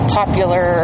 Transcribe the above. popular